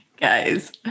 guys